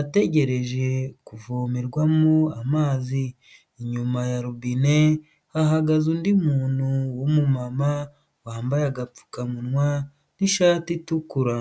ategereje kuvomerwamo amazi, inyuma ya robine hahagaze undi muntu w'umumama wambaye agapfukamunwa n'ishati itukura.